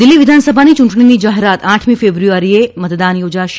દિલ્હી વિધાનસભાની યૂંટણીની જાહેરાત આઠમી ફેબ્રુઆરીએ મતદાન યોજાશે